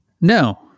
No